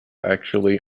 actually